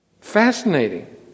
Fascinating